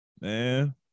Man